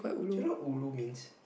you know ulu means